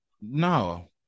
No